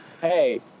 Hey